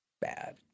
Bad